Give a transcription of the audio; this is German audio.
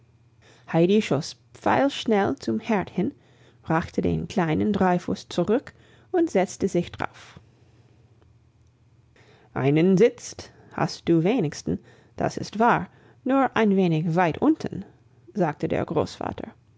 heidi schoss pfeilschnell zum herd hin brachte den kleinen dreifuß zurück und setzte sich drauf einen sitz hast du wenigstens das ist wahr nur ein wenig weit unten sagte der großvater